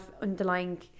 underlying